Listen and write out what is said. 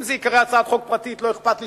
אם זה ייקרא הצעת חוק פרטית לא אכפת לי,